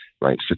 right